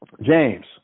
James